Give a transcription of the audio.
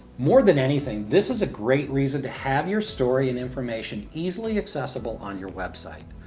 more than anything, this is a great reason to have your story and information easily accessible on your web site.